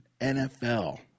NFL